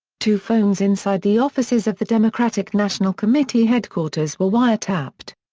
two phones inside the offices of the democratic national committee headquarters were wiretapped.